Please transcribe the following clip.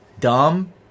dumb